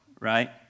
right